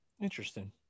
Interesting